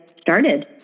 started